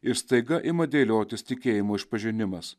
ir staiga ima dėliotis tikėjimo išpažinimas